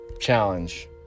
Challenge